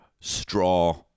straw